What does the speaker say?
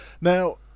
Now